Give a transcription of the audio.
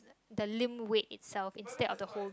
the limb weight itself instead of the whole